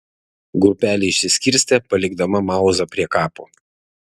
grupelė išsiskirstė palikdama mauzą prie kapo